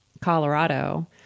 Colorado